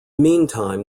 meantime